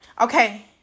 okay